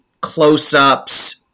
close-ups